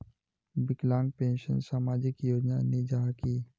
विकलांग पेंशन सामाजिक योजना नी जाहा की?